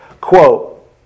quote